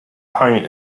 paint